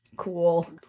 cool